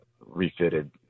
refitted